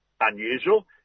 unusual